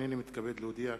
הנני מתכבד להודיע,